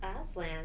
Aslan